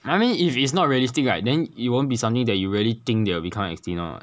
I mean if it's not realistic right then it won't be something that you really think they'll become extinct [one] [what]